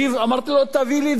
אמרתי לו: תביא לי דברים,